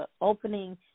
opening